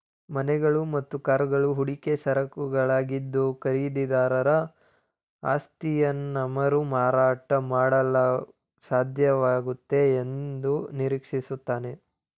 ಮನೆಗಳು ಮತ್ತು ಕಾರುಗಳು ಹೂಡಿಕೆ ಸರಕುಗಳಾಗಿದ್ದು ಖರೀದಿದಾರ ಆಸ್ತಿಯನ್ನಮರುಮಾರಾಟ ಮಾಡಲುಸಾಧ್ಯವಾಗುತ್ತೆ ಎಂದುನಿರೀಕ್ಷಿಸುತ್ತಾನೆ